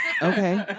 Okay